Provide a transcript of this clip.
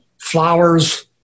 flowers